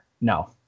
no